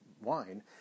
wine